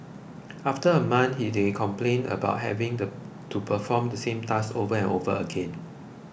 after a month they complained about having to perform the same task over and over again